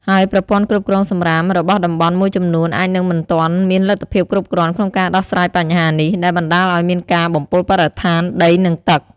ហើយប្រព័ន្ធគ្រប់គ្រងសំរាមរបស់តំបន់មួយចំនួនអាចនឹងមិនទាន់មានលទ្ធភាពគ្រប់គ្រាន់ក្នុងការដោះស្រាយបញ្ហានេះ ដែលបណ្តាលឱ្យមានការបំពុលបរិស្ថាន ដី និងទឹក។